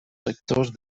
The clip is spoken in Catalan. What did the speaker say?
sectors